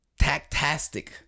tactastic